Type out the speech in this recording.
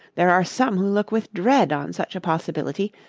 there are some who look with dread on such a possibility,